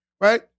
Right